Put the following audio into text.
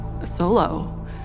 solo